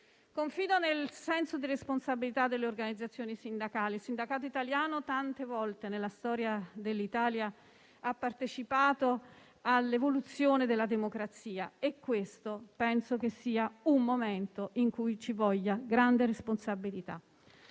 Confido nel senso di responsabilità delle organizzazioni sindacali: il sindacato italiano tante volte nella storia dell'Italia ha partecipato all'evoluzione della democrazia, e questo penso che sia un momento in cui ci voglia grande responsabilità.